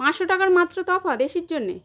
পাঁচশো টাকার মাত্র তফাৎ এসির জন্যে